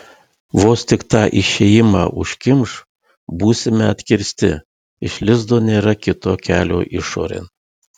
vos tik tą išėjimą užkimš būsime atkirsti iš lizdo nėra kito kelio išorėn